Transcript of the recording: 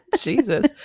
Jesus